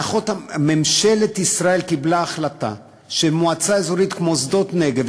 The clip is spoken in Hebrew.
ממשלת ישראל קיבלה החלטה שמועצה אזורית כמו שדות-נגב,